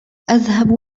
أذهب